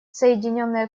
соединенное